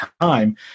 time